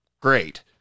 great